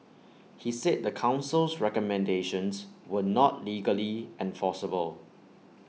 he said the Council's recommendations were not legally enforceable